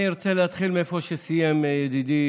אני רוצה להתחיל איפה שסיים ידידי